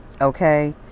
okay